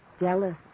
Jealous